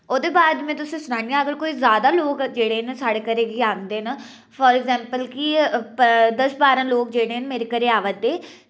ओह्दे बाद मै तुसें सनानी आं अगर कोई ज्यादा लोक जेह्ड़े न साढ़े घरै गी औंदे न फॉर एक्साम्प्ल की दस बारां लोक जेह्ड़े न मेरे घरे गी आवा दे